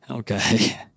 Okay